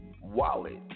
wallet